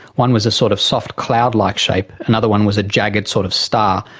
one was a sort of soft cloud-like shape, another one was a jagged sort of star,